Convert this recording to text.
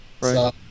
right